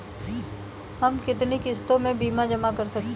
हम कितनी किश्तों में बीमा जमा कर सकते हैं?